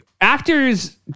actors